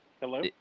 Hello